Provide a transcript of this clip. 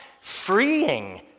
freeing